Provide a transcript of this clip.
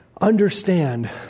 Understand